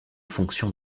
fonction